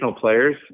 players